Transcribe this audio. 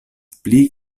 pli